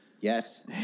yes